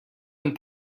and